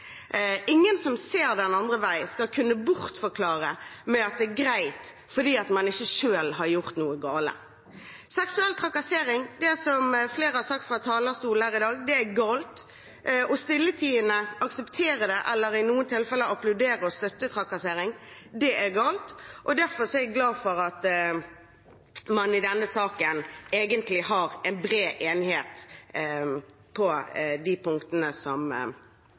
Ingen som ser en annen vei, skal kunne bortforklare det med at det er greit fordi man ikke selv har gjort noe galt. Seksuell trakassering er, som flere har sagt fra talerstolen i dag, galt, og stilltiende å akseptere eller i noen tilfeller å applaudere og støtte trakassering er galt. Derfor er jeg glad for at det i denne saken egentlig er bred enighet på de punktene som